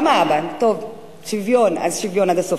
גם האבא, טוב, שוויון, אז שוויון עד הסוף.